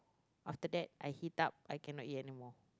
after that I heat up I cannot eat anymore